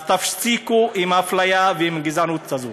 אז תפסיקו עם האפליה ועם הגזענות הזו.